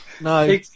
No